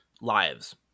lives